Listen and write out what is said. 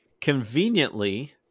conveniently